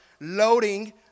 loading